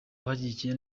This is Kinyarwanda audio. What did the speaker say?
abashyigikiye